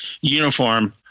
uniform